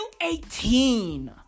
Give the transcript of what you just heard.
18